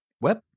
web